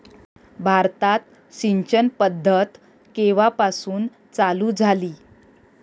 भारतात सिंचन पद्धत केवापासून चालू झाली?